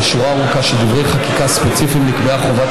בשורה ארוכה של דברי חקיקה ספציפיים נקבעה חובת